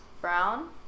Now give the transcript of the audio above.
brown